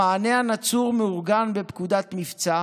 המענה הנצור מאורגן בפקודת מבצע,